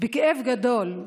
בכאב גדול,